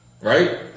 Right